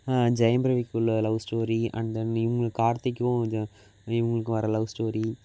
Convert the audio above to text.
ஜெயம்ரவிக்கு உள்ள love story and then இவங்க கார்த்திக்கும் இது இவங்களுக்கும் வர லவ் ஸ்டோரி